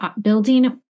building